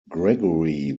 gregory